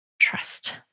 Trust